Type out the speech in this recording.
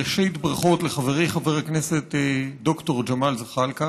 ראשית, ברכות לחברי חבר הכנסת ד"ר ג'מאל זחאלקה